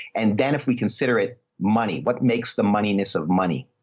and then if we consider it money, what makes the money ness of money?